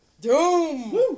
Doom